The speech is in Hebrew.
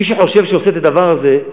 מי שחושב שהוא עושה את הדבר הזה,